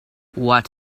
what